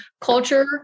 Culture